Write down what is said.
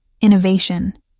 innovation